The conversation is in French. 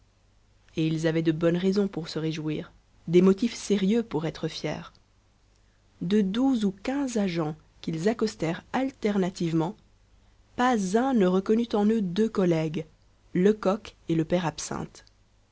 et ils avaient de bonnes raisons pour se réjouir des motifs sérieux pour être fiers de douze ou quinze agents qu'ils accostèrent alternativement pas un ne reconnut en eux deux collègues lecoq et le père absinthe